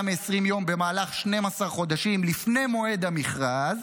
מ-20 יום במהלך 12 חודשים לפני מועד המכרז,